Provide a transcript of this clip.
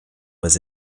was